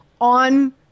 on